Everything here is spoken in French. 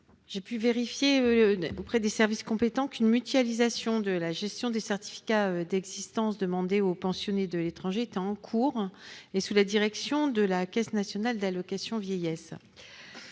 J'ai pu vérifier auprès des services compétents qu'une mutualisation de la gestion des certificats d'existence demandés aux pensionnés de l'étranger est en cours, sous la direction de la Caisse nationale d'assurance vieillesse.